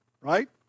right